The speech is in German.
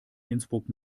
innsbruck